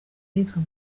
yitwa